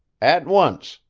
at once,